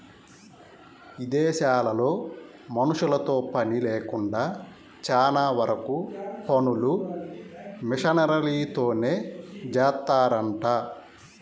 ఇదేశాల్లో మనుషులతో పని లేకుండా చానా వరకు పనులు మిషనరీలతోనే జేత్తారంట